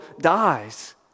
dies